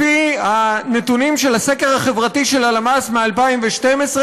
לפי הנתונים של הסקר החברתי של הלמ"ס מ-2012,